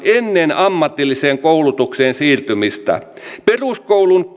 ennen ammatilliseen koulutukseen siirtymistä peruskoulun